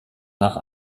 nach